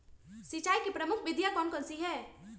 सिंचाई की प्रमुख विधियां कौन कौन सी है?